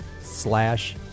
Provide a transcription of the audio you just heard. slash